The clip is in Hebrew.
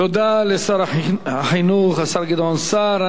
תודה לשר החינוך, השר גדעון סער.